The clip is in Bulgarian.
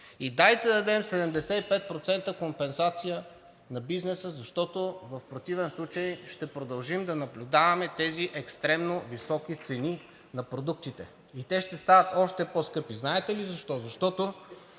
Дайте да дадем 75% компенсация на бизнеса, защото в противен случай ще продължим да наблюдаваме тези екстремно високи цени на продуктите. Те ще стават още по-скъпи. Знаете ли защо? Защото